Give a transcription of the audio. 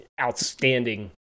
Outstanding